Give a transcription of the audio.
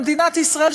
במדינת ישראל,